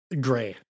gray